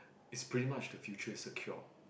it's pretty much the future is secured